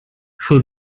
für